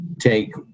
take